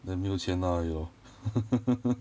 then 没有钱拿而已 lor